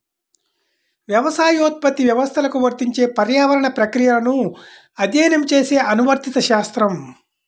వ్యవసాయోత్పత్తి వ్యవస్థలకు వర్తించే పర్యావరణ ప్రక్రియలను అధ్యయనం చేసే అనువర్తిత శాస్త్రం